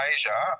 Asia